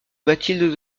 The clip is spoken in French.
mathilde